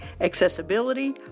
accessibility